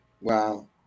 Wow